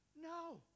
no